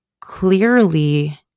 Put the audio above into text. clearly